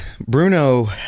Bruno